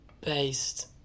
Based